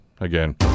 again